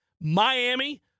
Miami